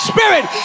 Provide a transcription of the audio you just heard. Spirit